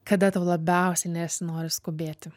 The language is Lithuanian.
kada tau labiausiai nesinori skubėti